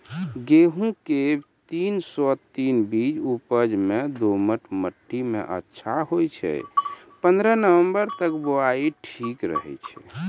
गेहूँम के तीन सौ तीन बीज उपज मे दोमट मिट्टी मे अच्छा होय छै, पन्द्रह नवंबर तक बुआई ठीक रहै छै